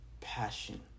Passion